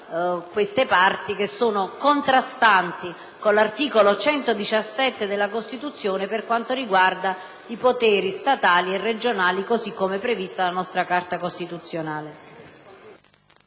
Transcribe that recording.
queste parti che contrastano con l'articolo 117 della Costituzione per quanto riguarda i poteri statali e regionali, così come previsto dalla nostra Carta costituzionale.